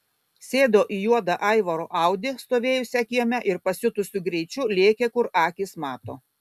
sėdo į juodą aivaro audi stovėjusią kieme ir pasiutusiu greičiu lėkė kur akys mato